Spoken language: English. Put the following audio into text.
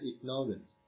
ignorance